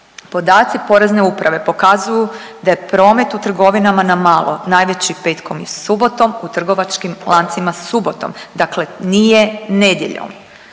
Podaci Porezne uprave pokazuju da je promet u trgovinama na malo najveći petkom i subotom u trgovačkim lancima subotom. Dakle, nije nedjeljom.